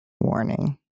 warning